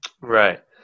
Right